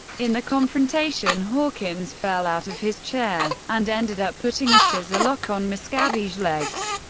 in the confrontation hawkins fell out of his chair and ended up putting a scissor lock on miscavige's legs.